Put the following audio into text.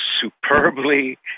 superbly